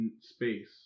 space